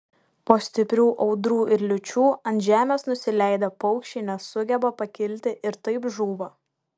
po stiprių audrų ir liūčių ant žemės nusileidę paukščiai nesugeba pakilti ir taip žūva